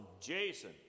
Jason